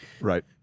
Right